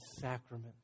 sacrament